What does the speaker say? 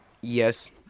yes